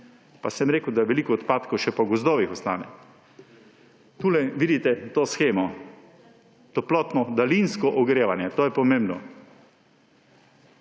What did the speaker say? Pa sem rekel, da veliko odpadkov še po gozdovih ostane. Tu vidite to shemo, toplotno daljinsko ogrevanje. To je pomembno.